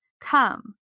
come